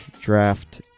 draft